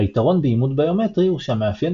היתרון באימות ביומטרי הוא שהמאפיין